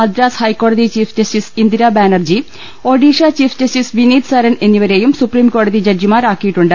മദ്രാസ് ഹൈക്കോടതി chief justice Indira Banerjee Odisha chief justice Vineet Saran എന്നിവ രെയും സുപ്രീംകോടതി ജഡ്ജിമാരാക്കിയിട്ടുണ്ട്